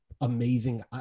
amazing